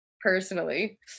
personally